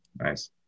Nice